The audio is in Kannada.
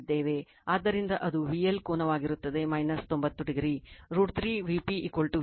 ಆದ್ದರಿಂದ ಅದು VL ಕೋನವಾಗಿರುತ್ತದೆ 90o √ 3 Vp VL